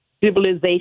civilization